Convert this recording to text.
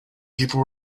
people